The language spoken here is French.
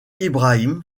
ibrahim